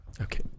Okay